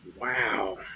Wow